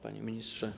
Panie Ministrze!